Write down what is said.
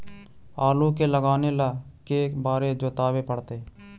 आलू के लगाने ल के बारे जोताबे पड़तै?